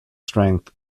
strength